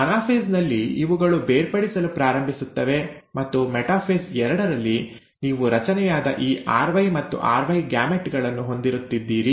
anaphase ನಲ್ಲಿ ಇವುಗಳು ಬೇರ್ಪಡಿಸಲು ಪ್ರಾರಂಭಿಸುತ್ತವೆ ಮತ್ತು ಮೆಟಾಫೇಸ್ ಎರಡರಲ್ಲಿ ನೀವು ರಚನೆಯಾದ ಈ RY ಮತ್ತು ry ಗ್ಯಾಮೆಟ್ ಗಳನ್ನು ಹೊಂದಿರುತ್ತಿದ್ದೀರಿ